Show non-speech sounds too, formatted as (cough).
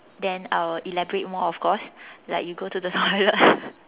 then I will elaborate more of course like you go to the toilet (laughs)